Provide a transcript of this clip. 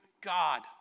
God